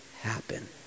happen